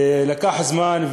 ולקח זמן,